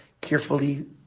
carefully